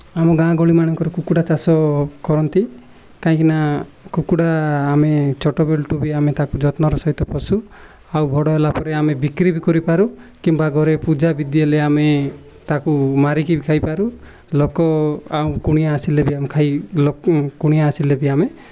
ଆମ ଗାଁ ଗହଳିମାନଙ୍କରେ କୁକୁଡ଼ା ଚାଷ କରନ୍ତି କାହିଁକିନା କୁକୁଡ଼ା ଆମେ ଛୋଟ ବେଳଠୁ ବି ଆମେ ତାକୁ ଯତ୍ନର ସହିତ ପଶୁ ଆଉ ବଡ଼ ହେଲା ପରେ ଆମେ ବିକ୍ରି ବି କରିପାରୁ କିମ୍ବା ଘରେ ପୂଜାବିଧି ହେଲେ ଆମେ ତାକୁ ମାରିକି ବି ଖାଇପାରୁ ଲୋକ ଆଉ କୁଣିଆ ଆସିଲେ ବି ଆମେ ଖାଇ କୁଣିଆ ଆସିଲେ ବି ଆମେ